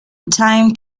time